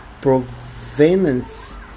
provenance